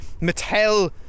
Mattel